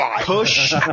push